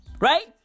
right